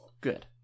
Good